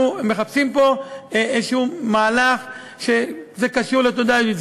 מחפשים פה מהלך כלשהו שזה קשור לתודעה יהודית.